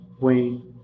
Wayne